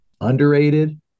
underrated